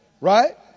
Right